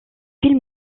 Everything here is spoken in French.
film